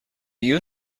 you